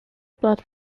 blood